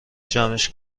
جمعش